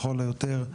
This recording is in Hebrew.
לכל היותר,